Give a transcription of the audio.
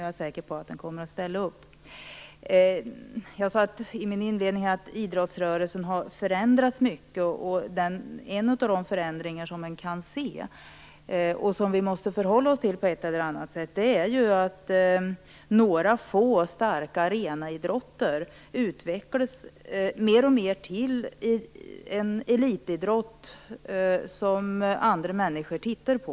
Jag är säker på att man kommer att ställa upp. Jag sade i min inledning att idrottsrörelsen har förändrats mycket. En av de förändringar som vi kan se och som vi måste förhålla oss till på ett eller annat sätt är att några få starka arenaidrotter utvecklas mer och mer till elitidrotter som andra människor tittar på.